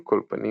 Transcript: על כל פנים,